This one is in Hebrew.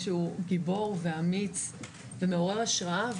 אתה גיבור ואמיץ ומעורר השראה.